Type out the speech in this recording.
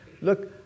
Look